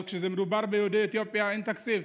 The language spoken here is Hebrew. אבל כשמדובר ביהודי אתיופיה אין תקציב.